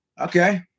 Okay